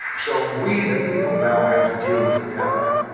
so we the people now have to deal with reality.